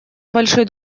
большой